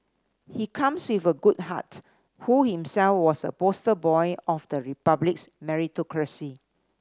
he comes with a good heart who himself was a poster boy of the Republic's meritocracy